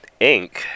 Inc